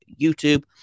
youtube